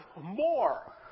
more